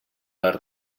les